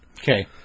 Okay